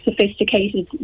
sophisticated